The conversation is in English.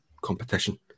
competition